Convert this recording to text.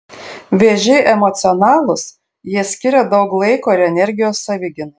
vėžiai emocionalūs jie skiria daug laiko ir energijos savigynai